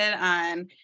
on